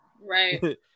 Right